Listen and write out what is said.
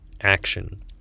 action